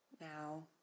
Now